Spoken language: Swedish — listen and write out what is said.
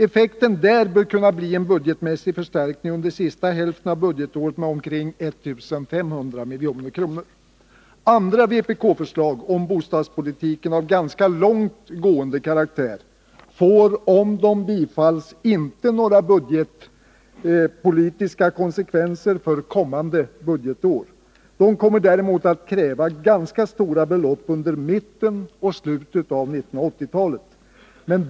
Effekten där bör kunna bli en budgetmässig förstärkning under sista hälften av budgetåret med omkring 1500 milj.kr. Andra vpk-förslag om bostadspolitiken av ganska långt gående karaktär får, om de bifalles, inte några budgetpolitiska konsekvenser för kommande budgetår. De kommer däremot att kräva ganska stora belopp under mitten och slutet av 1980-talet.